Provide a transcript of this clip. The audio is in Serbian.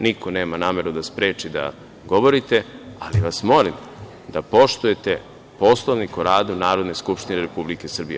Niko nema nameru da spreči da govorite, ali vas molim da poštujete Poslovnik o radu Narodne skupštine Republike Srbije.